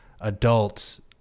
adults